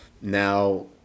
Now